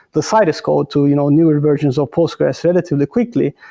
the citus code to you know newer versions of postgres relatively quickly.